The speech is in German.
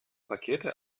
pakete